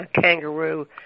kangaroo